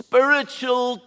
Spiritual